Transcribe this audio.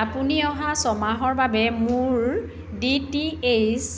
আপুনি অহা ছয়মাহৰ বাবে মোৰ ডি টি এইচ